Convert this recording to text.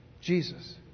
Jesus